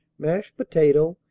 mashed potato,